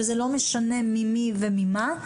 וזה לא משנה ממי וממה,